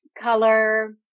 color